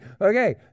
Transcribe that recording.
Okay